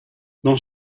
dans